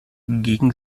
gegen